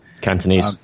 Cantonese